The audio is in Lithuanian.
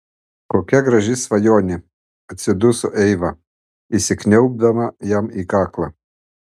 kokia graži svajonė atsiduso eiva įsikniaubdama jam į kaklą